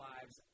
Lives